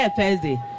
Thursday